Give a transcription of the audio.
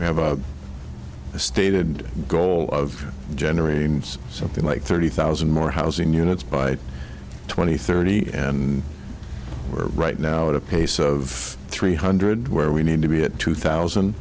you have a stated goal of generating something like thirty thousand more housing units by twenty thirty and we're right now at a pace of three hundred where we need to be at two thousand